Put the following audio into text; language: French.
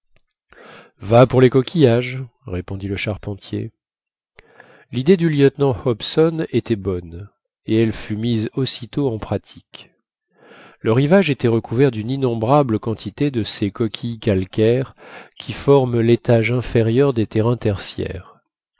va pour les coquillages répondit le charpentier l'idée du lieutenant hobson était bonne et elle fut mise aussitôt en pratique le rivage était recouvert d'une innombrable quantité de ces coquilles calcaires qui forment l'étage inférieur des terrains tertiaires